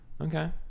okay